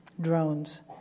drones